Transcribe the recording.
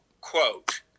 Quote